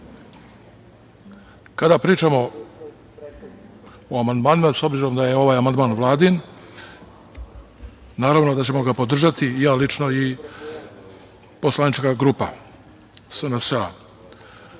pričamo o amandmanima, s obzirom da je ovaj amandman Vladin, naravno da ćemo ga podržati, ja lično i poslanička grupa